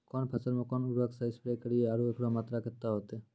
कौन फसल मे कोन उर्वरक से स्प्रे करिये आरु एकरो मात्रा कत्ते होते?